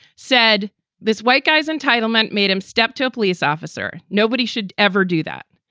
said this white guy is entitlement, made him step to a police officer. nobody should ever do that.